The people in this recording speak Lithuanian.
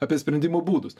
apie sprendimo būdus